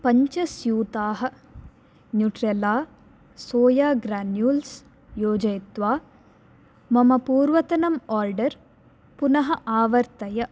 पञ्चस्यूताः Nutrela soya granules योजयित्वा मम पूर्वतनम् आर्डर् पुनः आवर्तय